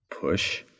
push